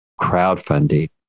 crowdfunding